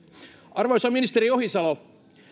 arvoisa ministeri ohisalo